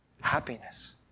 happiness